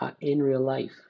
in-real-life